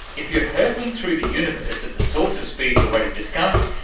if you're hurtling through the universe at the sorts of speeds already discussed,